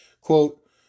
Quote